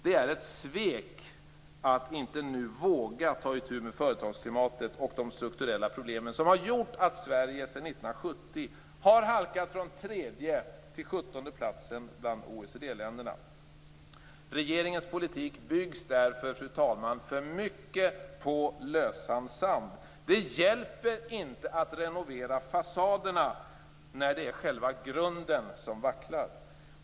Det är ett svek att nu inte våga ta itu med företagsklimatet och de strukturella problem som har gjort att Sverige sedan 1970 har halkat från 3:e till 17:e plats bland OECD-länderna. Regeringens politik byggs därför för mycket på lösan sand. Det hjälper inte att renovera fasaderna när det är själva grunden som vacklar.